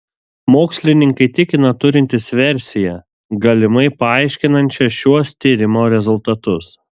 mokslininkai tikina turintys versiją galimai paaiškinančią šiuos tyrimo rezultatus